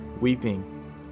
weeping